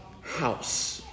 house